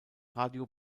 radio